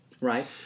right